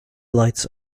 lights